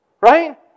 Right